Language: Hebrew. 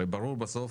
הרי ברור בסוף